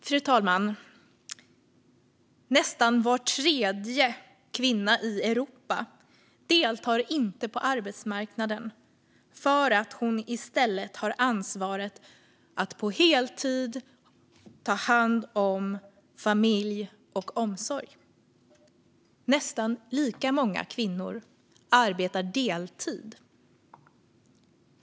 Fru talman! Nästan var tredje kvinna i Europa står utanför arbetsmarknaden för att hon i stället har ansvaret för att på heltid ta hand om sin familj och sköta omsorgen. Nästan lika många kvinnor arbetar deltid.